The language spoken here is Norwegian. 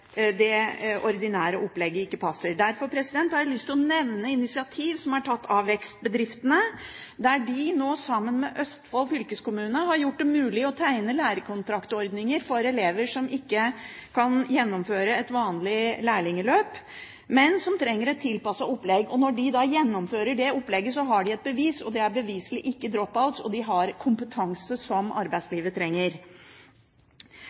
det ordinære opplegget ikke passer. Derfor har jeg lyst til å nevne initiativ som er tatt av vekstbedriftene, der de nå, sammen med Østfold fylkeskommune, har innført ordninger som gjør det mulig å tegne lærekontrakter for elever som ikke kan gjennomføre et vanlig lærlingløp, men som trenger et tilpasset opplegg. Når de da gjennomfører det opplegget, har de et bevis – og de er beviselig ikke drop-outs, og de har kompetanse som